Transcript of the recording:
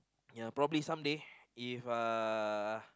ya probably some day if uh